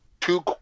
two